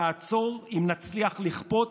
לעצור אם נצליח לכפות